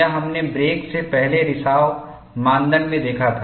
यह हमने ब्रेक से पहले रिसाव मानदंड में देखा था